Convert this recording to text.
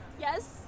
Yes